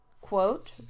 quote